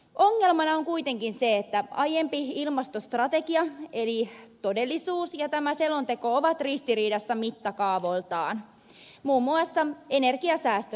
ongelmana on kuitenkin se että aiempi ilmastostrategia eli todellisuus ja tämä selonteko ovat ristiriidassa mittakaavoiltaan muun muassa energiasäästön osalta